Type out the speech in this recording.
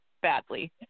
badly